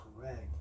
correct